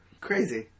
Crazy